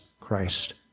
Christ